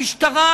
המשטרה,